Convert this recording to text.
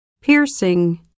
piercing